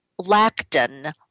lactin